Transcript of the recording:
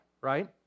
right